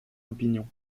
opinion